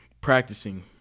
practicing